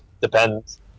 Depends